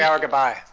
goodbye